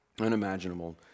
Unimaginable